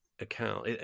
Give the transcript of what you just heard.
account